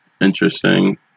interesting